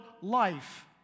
life